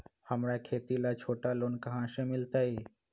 हमरा खेती ला छोटा लोने कहाँ से मिलतै?